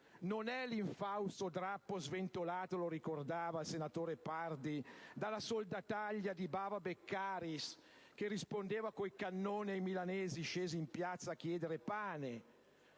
non è l'infausto drappo sventolato - lo ricordava il senatore Pardi - dalla soldataglia di Bava Beccaris, che rispondeva coi cannoni ai milanesi scesi in piazza a chiedere pane;